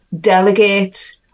delegate